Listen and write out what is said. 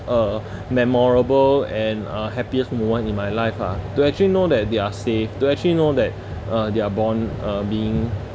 uh memorable and uh happiest moment in my life ah to actually know that they are safe to actually know that uh they are born uh being